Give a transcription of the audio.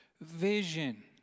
vision